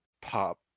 pop